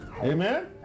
Amen